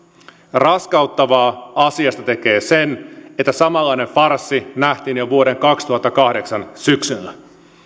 raskauttavaa asiasta tekee se että samanlainen farssi nähtiin jo vuoden kaksituhattakahdeksan syksyllä